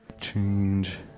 change